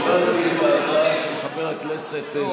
קיבלתי את ההצעה של חבר הכנסת סובה,